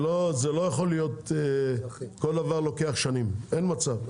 לא יכול להיות שכל דבר לוקח שנים, אין מצב.